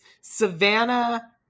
Savannah